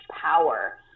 power